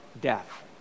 death